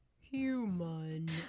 human